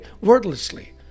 wordlessly